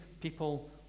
people